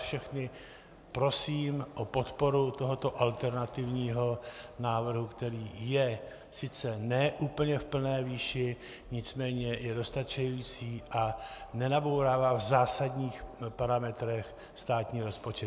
Všechny vás prosím o podporu tohoto alternativního návrhu, který je sice ne úplně v plné výši, nicméně je dostačující a nenabourává v zásadních parametrech státní rozpočet.